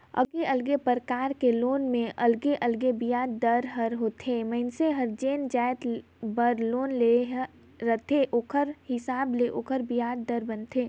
अलगे अलगे परकार के लोन में अलगे अलगे बियाज दर ह होथे, मइनसे हर जे जाएत बर लोन ले रहथे ओखर हिसाब ले ओखर बियाज दर बनथे